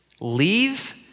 leave